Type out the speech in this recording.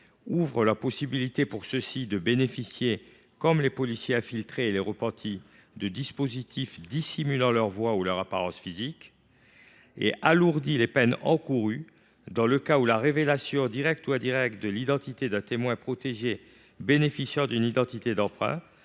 ouvrir la possibilité de bénéficier, comme les policiers infiltrés et les repentis, de dispositifs dissimulant leur voix ou leur apparence physique et, d’autre part, à alourdir les peines encourues dans le cas où la révélation, directe ou indirecte, de l’identité d’un témoin protégé bénéficiant d’une identité d’emprunt